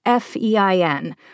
FEIN